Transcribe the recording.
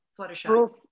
Fluttershy